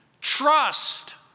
Trust